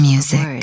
Music